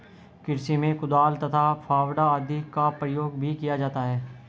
कृषि में कुदाल तथा फावड़ा आदि का प्रयोग भी किया जाता है